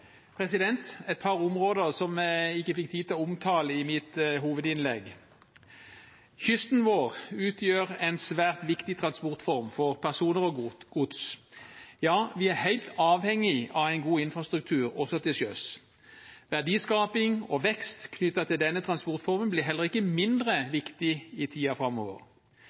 områder som jeg ikke fikk tid til å omtale i mitt hovedinnlegg. Kysten vår utgjør en svært viktig transportform for personer og gods. Ja, vi er helt avhengig av en god infrastruktur også til sjøs. Verdiskaping og vekst knyttet til denne transportformen blir heller ikke mindre viktig i tiden framover.